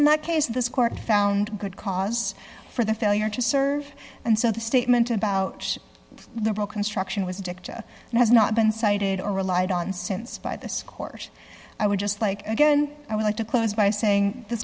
in that case this court found good cause for the failure to serve and so the statement about the bill construction was dicta and has not been cited or relied on since by the scores i would just like again i would like to close by saying th